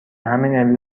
همین